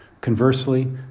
Conversely